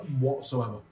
Whatsoever